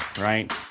right